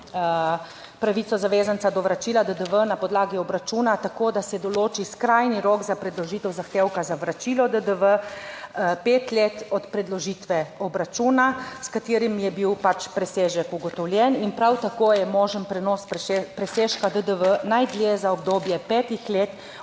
pravico zavezanca do vračila DDV na podlagi obračuna tako, da se določi skrajni rok za predložitev zahtevka za vračilo DDV pet let od predložitve obračuna, s katerim je bil presežek ugotovljen in prav tako je možen prenos presežka DDV najdlje za obdobje petih let